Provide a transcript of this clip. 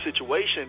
situation